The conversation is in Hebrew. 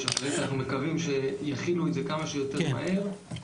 אנחנו מקווים שיכינו את זה כמה שיותר מהר.